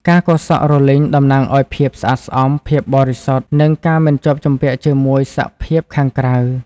ការកោរសក់រលីងតំណាងឲ្យភាពស្អាតស្អំ ភាពបរិសុទ្ធ និងការមិនជាប់ជំពាក់ជាមួយសភាពខាងក្រៅ។